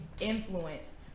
influence